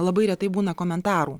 labai retai būna komentarų